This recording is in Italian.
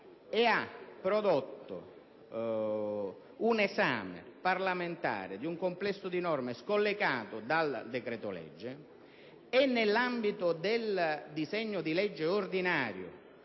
e ha prodotto un esame parlamentare di un complesso di norme scollegato dal decreto-legge e nell'ambito di un disegno di legge ordinario